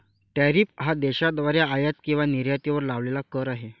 tariff हा देशाद्वारे आयात किंवा निर्यातीवर लावलेला कर आहे